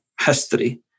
history